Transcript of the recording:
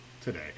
today